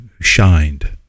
shined